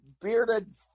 bearded